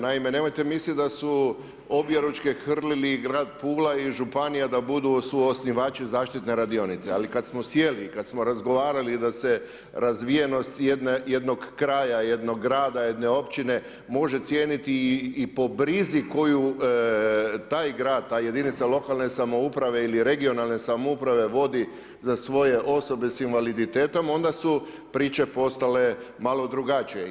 Naime nemojte misliti da su objeručke hrlili grad Pula i županija da budu suosnivači zaštitne radionice ali kad smo sjeli i kad smo razgovarali da se razvijenost jednog kraja, jednog grada, jedne općine može cijeniti i po brizi koju taj grad, ta jedinica lokalne samouprave ili regionalne samouprave vodi za svoje osobe s invaliditetom, onda su priče postale malo drugačije.